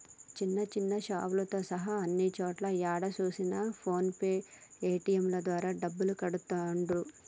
చిన్న చిన్న షాపులతో సహా అన్ని చోట్లా ఏడ చూసినా ఫోన్ పే పేటీఎం ద్వారా డబ్బులు కడతాండ్రు